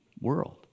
world